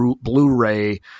Blu-ray